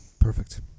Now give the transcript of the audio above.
Perfect